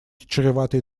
чреватый